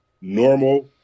normal